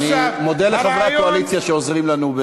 אני מודה לחברי הקואליציה שעוזרים לנו,